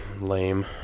Lame